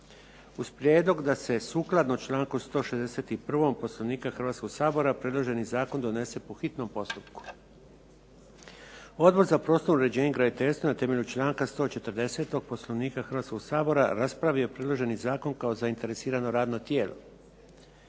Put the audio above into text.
uz prijedlog da se sukladno članku 161. Poslovnika Hrvatskog sabora predloženi zakon donese po hitnom postupku. Odbor za prostorno uređenje i graditeljstvo na temelju članka 140. Poslovnika Hrvatskog sabora raspravio je predloženi zakon kao zainteresirano radno tijelo.